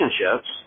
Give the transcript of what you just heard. relationships